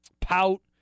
pout